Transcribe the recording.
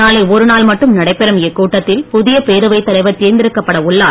நாளை ஒரு நாள் மட்டும் நடைபெறும் இக்கூட்டத்தில் புதிய பேரவை தலைவர் தேர்ந்தெடுக்கப்பட உள்ளார்